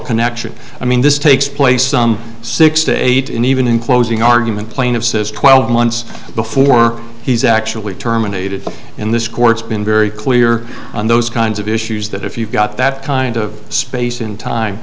connection i mean this takes place some six to eight in even in closing argument plaintive says twelve months before he's actually terminated in this court's been very clear on those kinds of issues that if you've got that kind of space in time